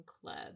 Club